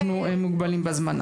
אנחנו מוגבלים בזמן.